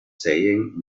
saying